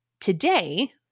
Today